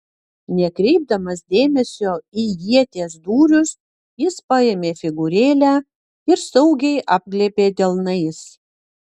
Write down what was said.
nekreipdamas dėmesio į ieties dūrius jis paėmė figūrėlę ir saugiai apglėbė delnais